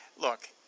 Look